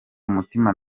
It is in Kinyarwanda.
umutima